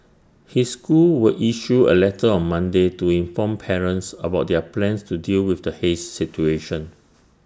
his school will issue A letter on Monday to inform parents about their plans to deal with the haze situation